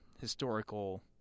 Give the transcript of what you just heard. historical